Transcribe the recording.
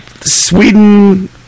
Sweden